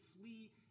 flee